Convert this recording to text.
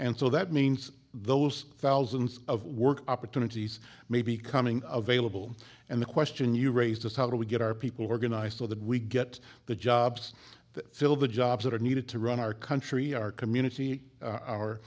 and so that means those thousands of work opportunities may be coming available and the question you raised is how do we get our people organized so that we get the jobs that fill the jobs that are needed to run our country our community our our